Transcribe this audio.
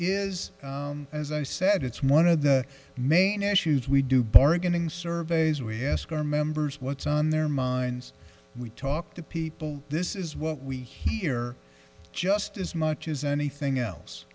is as i said it's one of the main issues we do bargaining surveys we ask our members what's on their minds we talk to people this is what we hear just as much as anything else